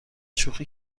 شوخی